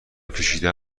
کشیدن